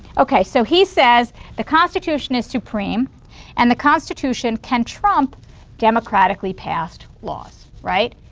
okay. so he says the constitution is supreme and the constitution can trump democratically passed laws, right,